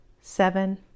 seven